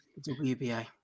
WBA